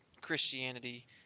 Christianity –